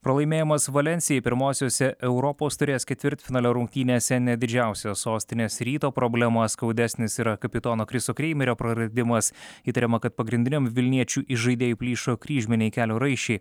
pralaimėjimas valensijai pirmosiose europos taurės ketvirtfinalio rungtynėse ne didžiausia sostinės ryto problema skaudesnis yra kapitono kriso kreimerio praradimas įtariama kad pagrindiniam vilniečių i žaidėju plyšo kryžminiai kelio raiščiai